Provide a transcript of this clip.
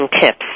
tips